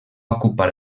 ocupar